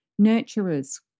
nurturers